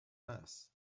mass